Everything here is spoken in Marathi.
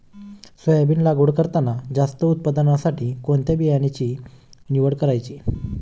सोयाबीन लागवड करताना जास्त उत्पादनासाठी कोणत्या बियाण्याची निवड करायची?